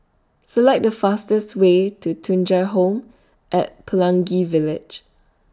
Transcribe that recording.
Select The fastest Way to Thuja Home At Pelangi Village